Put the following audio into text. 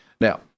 Now